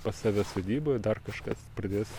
pas save sodyboje dar kažkas pradės